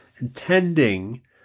intending